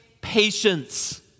patience